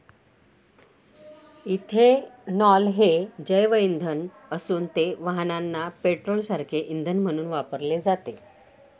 ethanol हे जैवइंधन असून ते वाहनांना पेट्रोलसारखे इंधन म्हणून वापरले जाते